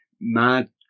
mad